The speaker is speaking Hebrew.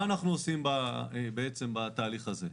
מה אנחנו עושים בעצם בתהליך הזה?